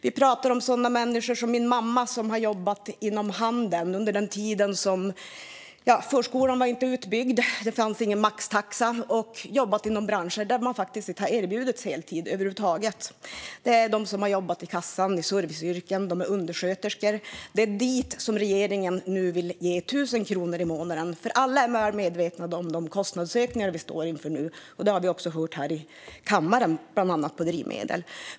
Vi pratar om människor som min mamma, som har jobbat inom handeln under den tid då förskolan inte var utbyggd och det inte fanns någon maxtaxa och som har jobbat inom branscher där man faktiskt inte har erbjudits heltid över huvud taget. Vi pratar om människor som har jobbat i kassan eller i serviceyrken eller som har varit undersköterskor. Det är dem som regeringen nu vill ge 1 000 kronor i månaden. Alla är väl medvetna om de kostnadsökningar vi nu står inför, bland annat på drivmedel - det har även nämnts här i kammaren.